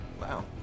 Wow